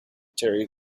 terri